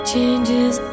Changes